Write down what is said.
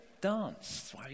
dance